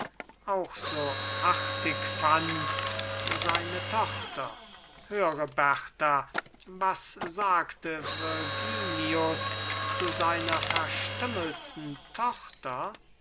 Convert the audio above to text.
auch so artig fand seine tochter höre berta was sagte virginius zu seiner verstümmelten tochter